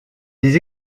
les